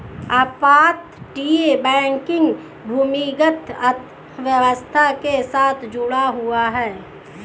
अपतटीय बैंकिंग भूमिगत अर्थव्यवस्था के साथ जुड़ा हुआ है